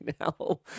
now